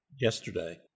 yesterday